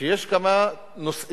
שיש כמה נושאים